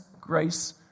Grace